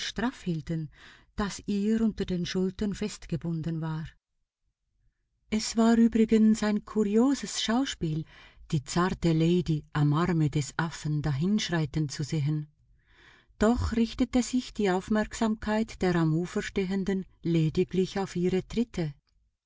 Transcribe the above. hielten das ihr unter den schultern festgebunden worden war es war übrigens ein kurioses schauspiel die zarte lady am arme des affen dahinschreiten zu sehen doch richtete sich die aufmerksamkeit der am ufer stehenden lediglich auf ihre tritte